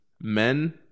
men